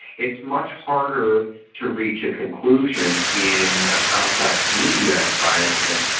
it's much harder to reach a conclusion in a complex media environment,